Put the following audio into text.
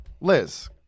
Liz